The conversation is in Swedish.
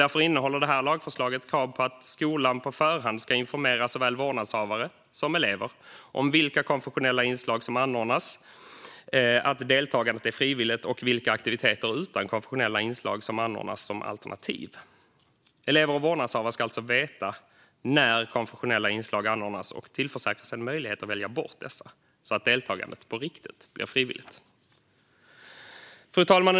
Därför innehåller detta lagförslag krav på att skolan på förhand ska informera såväl vårdnadshavare som elever om vilka konfessionella inslag som anordnas, att deltagandet är frivilligt och vilka aktiviteter utan konfessionella inslag som anordnas som alternativ. Elever och vårdnadshavare ska alltså veta när konfessionella inslag anordnas och tillförsäkras en möjlighet att välja bort dessa så att deltagandet på riktigt blir frivilligt. Fru talman!